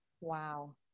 Wow